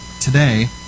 today